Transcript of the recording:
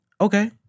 Okay